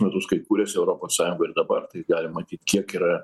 metus kai kūrėsi europos sąjunga ir dabar tai galim matyt kiek yra